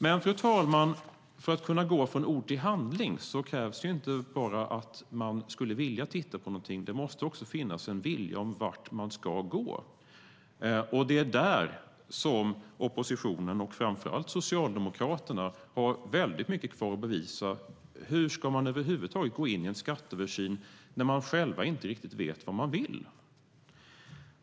Men, fru talman, för att kunna gå från ord till handling krävs inte bara att man skulle vilja titta på någonting, utan det måste också finnas en vilja om vart man ska gå. Det är där oppositionen och framför allt Socialdemokraterna har väldigt mycket kvar att bevisa. Hur ska man över huvud taget gå in i en skatteöversyn när man själv inte riktigt vet vad man vill?